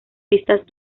pistas